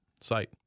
site